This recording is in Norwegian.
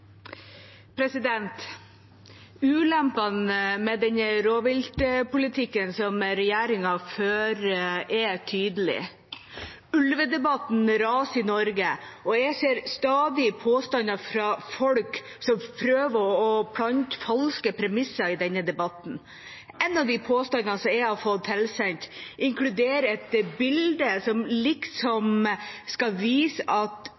sommer. Ulempene med den rovviltpolitikken som regjeringa fører, er tydelige. Ulvedebatten raser i Norge, og jeg ser stadig påstander fra folk som prøver å plante falske premisser i denne debatten. En av påstandene jeg har blitt tilsendt, inkluderer et bilde som liksom skal vise